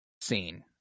scene